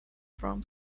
from